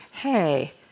hey